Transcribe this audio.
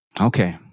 Okay